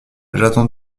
j’attends